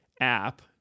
app